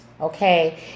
okay